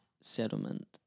settlement